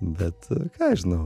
bet ką aš žinau